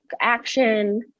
action